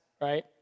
right